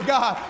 God